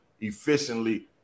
efficiently